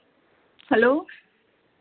hello